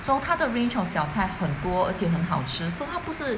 从他的 range of 小菜很多而且很好吃 so 它不是